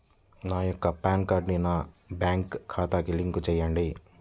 నా యొక్క పాన్ కార్డ్ని నా బ్యాంక్ ఖాతాకి లింక్ చెయ్యండి?